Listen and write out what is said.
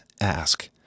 ask